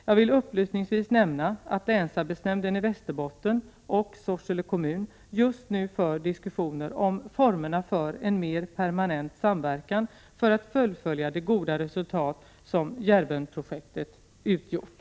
Jag vill upplysningsvis nämna att länsarbetsnämnden i Västerbotten och Sorsele kommun just nu för diskussioner om formerna för en mer permanent samverkan för att fullfölja de goda resultat som Djärvenprojektet åstadkommit.